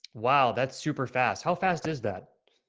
wow, that's super fast. how fast is that?